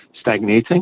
stagnating